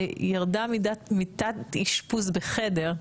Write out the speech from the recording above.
שירדה מיטת אשפוז בחדר,